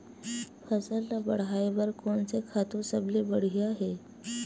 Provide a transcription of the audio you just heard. फसल ला बढ़ाए बर कोन से खातु सबले बढ़िया हे?